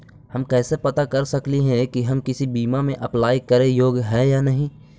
हम कैसे पता कर सकली हे की हम किसी बीमा में अप्लाई करे योग्य है या नही?